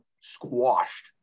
squashed